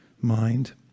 mind